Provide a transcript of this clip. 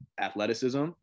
athleticism